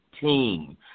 team